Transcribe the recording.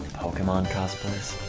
pokemon cosplays